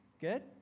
good